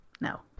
No